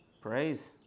Praise